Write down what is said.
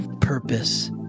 purpose